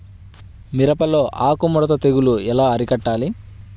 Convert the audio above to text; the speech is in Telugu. మిరపలో ఆకు ముడత తెగులు ఎలా అరికట్టాలి?